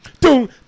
doom